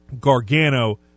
Gargano